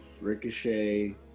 Ricochet